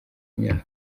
imyaka